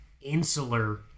insular